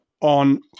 on